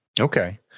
Okay